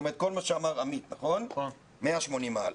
כל מה שאמר עמית, 180 מעלות.